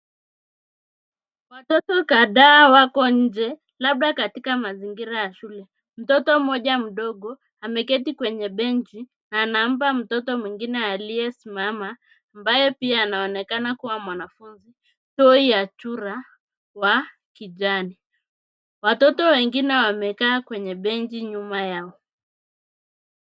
Watoto kadhaa wako nje, labda katika mazingira ya shule. Mtoto mmoja mdogo ameketi kwenye benchi na anampa mtoto mwingine aliyesimama, ambaye pia anaonekana kuwa mwanafunzi, toy ya chura wa kijani. Watoto wengine wamekaa kwenye benchi nyuma yao.